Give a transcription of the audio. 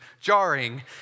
jarring